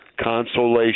consolation